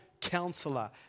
Counselor